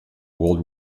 world